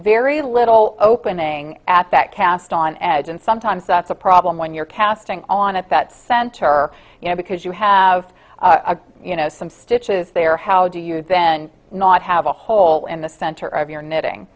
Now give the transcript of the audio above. very little opening at that cast on edge and sometimes that's a problem when you're casting on at that center or you know because you have you know some stitches there how do you then not have a hole in the center of your